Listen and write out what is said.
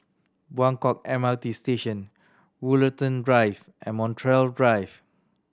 Buangkok M R T Station Woollerton Drive and Montreal Drive